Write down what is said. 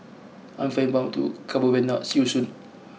I am flying to Cabo Verde now see you soon